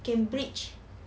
cambridge